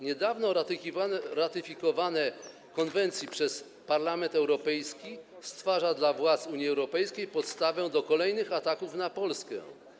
Niedawne ratyfikowanie konwencji przez Parlament Europejski stwarza dla władz Unii Europejskiej podstawę do kolejnych ataków na Polskę.